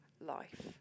life